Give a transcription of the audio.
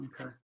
Okay